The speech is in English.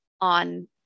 on